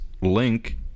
link